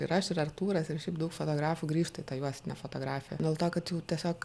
ir aš ir artūras ir šiaip daug fotografų grįžta į tą juostinę fotografiją dėl to kad jau tiesiog